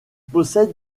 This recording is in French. possède